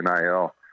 NIL